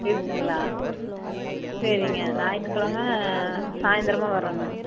இருக்குதுங்களா சரிங்க ஞாயித்துக்கிலம சாயந்தரமா வரோங்க